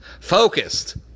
focused